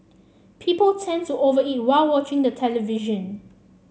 people tend to over eat while watching the television